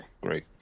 Great